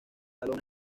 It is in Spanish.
salón